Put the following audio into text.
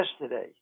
yesterday